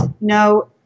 no